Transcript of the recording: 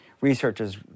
researchers